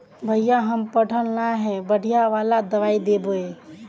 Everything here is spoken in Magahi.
भैया हम पढ़ल न है बढ़िया वाला दबाइ देबे?